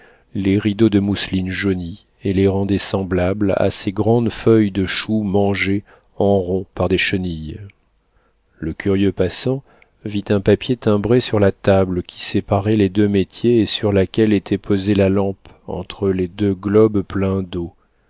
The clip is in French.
les rideaux de mousseline jaunie et les rendaient semblables à ces grandes feuilles de chou mangées en rond par des chenilles le curieux passant vit un papier timbré sur la table qui séparait les deux métiers et sur laquelle était posée la lampe entre les deux globes pleins d'eau